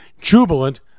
jubilant